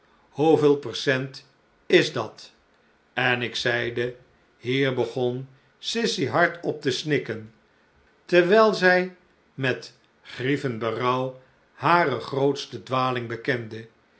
hoeveel percent is dat en ik zeide hier begon sissy hardop te snikken terwijl zij met grievend berouw hare grootste dwaling bekende